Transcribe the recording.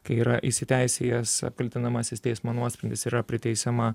kai yra įsiteisėjęs apkaltinamasis teismo nuosprendis yra priteisiama